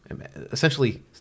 Essentially